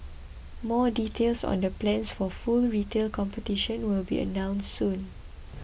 more details on the plans for full retail competition will be announced soon